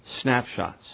snapshots